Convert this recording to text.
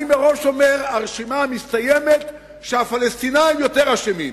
אני מראש אומר שהרשימה מסתיימת כשהפלסטינים יותר אשמים,